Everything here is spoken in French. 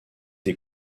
des